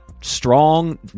strong